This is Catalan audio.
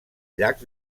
llacs